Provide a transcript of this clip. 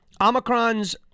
Omicron's